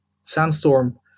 Sandstorm